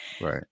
right